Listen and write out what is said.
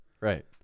Right